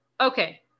okay